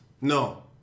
No